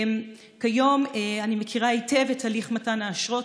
כיום אני מכירה היטב את הליך מתן האשרות,